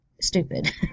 stupid